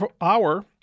hour